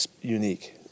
unique